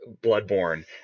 Bloodborne